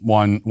one